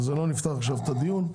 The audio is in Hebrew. אנחנו לא נפתח עשיו את הדיון,